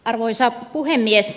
arvoisa puhemies